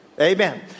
Amen